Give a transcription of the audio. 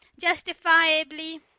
justifiably